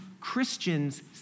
Christians